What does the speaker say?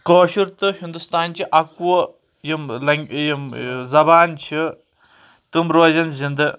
کٲشُر تہٕ ہندوستانچہِ اکہٕ وُہ یِم لینٛگ یِم زبان چھِ تِم روزَن زِندٕ